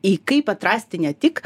i kaip atrasti ne tik